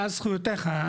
דע זכויותיך,